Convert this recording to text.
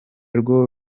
rwo